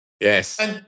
Yes